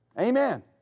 Amen